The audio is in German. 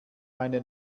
meine